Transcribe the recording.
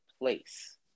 place